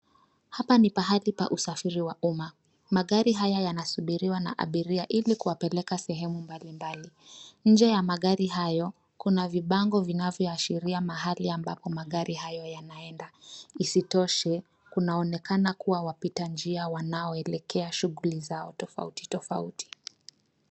Hapa ni pahali pa usafiri wa umma. Magari haya yanasubiriwa na abiria ili kuwapeleka sehemu mbalimbali. Nje ya magari hayo, kuna vibango vinavyo ashiria mahali ambapo magari hayo yanaenda. Isitoshe, kunaonekana kuwa wapita njia wanaoelekea shuguli zao tofautitofauti.